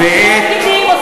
למה השלטון המקומי לא שם?